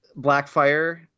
Blackfire